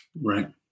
Right